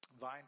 vine